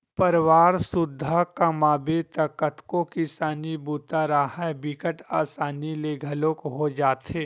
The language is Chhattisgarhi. परवार सुद्धा कमाबे त कतको किसानी बूता राहय बिकट असानी ले घलोक हो जाथे